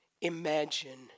Imagine